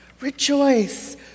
Rejoice